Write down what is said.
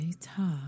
Top